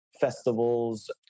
festivals